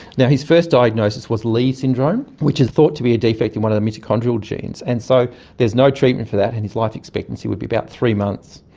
his first diagnosis was leigh syndrome, which is thought to be a defect in one of the mitochondrial genes, and so there is no treatment for that and his life expectancy would be about three months.